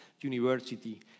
university